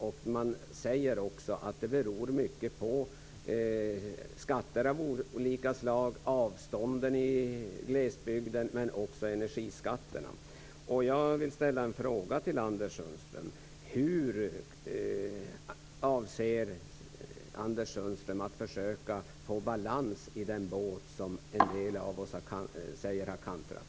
Det sägs bero på skatter av olika slag, avstånden i glesbygden och energiskatterna. Hur avser Anders Sundström att försöka få balans i den båt som en del av oss säger har kantrat?